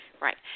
Right